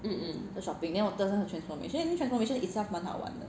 then 我 third one 会选 transformation 因为 transformation itself 蛮好玩的